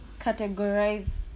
categorize